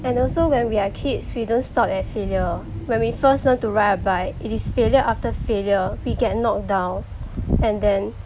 and also when we are kids we don't stop at failure when we first learned to ride a bike it is failure after failure we get knocked down and then